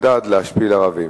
מדד להשפיל ערבים.